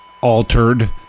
altered